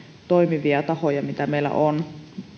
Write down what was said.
toimivia tahoja mitä meillä on